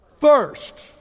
First